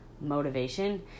motivation